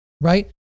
right